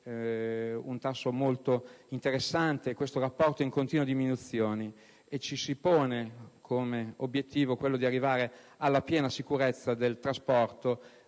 un tasso molto interessante e questo rapporto è in continua diminuzione. Ci si pone come obiettivo quello di arrivare alla piena sicurezza del trasporto